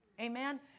Amen